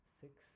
six